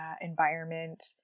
environment